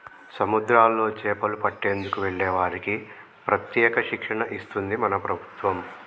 సముద్రాల్లో చేపలు పట్టేందుకు వెళ్లే వాళ్లకి ప్రత్యేక శిక్షణ ఇస్తది మన ప్రభుత్వం